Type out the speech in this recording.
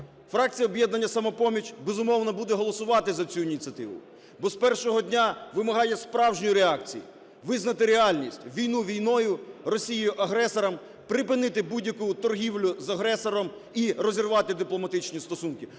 Фракція "Об'єднання "Самопоміч", безумовно, буде голосувати за цю ініціативу, бо з першого дня вимагає справжньої реакції: визнати реальність: війну війною, Росію агресором, припинити будь-яку торгівлю з агресором і розірвати дипломатичні стосунки.